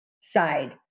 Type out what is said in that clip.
side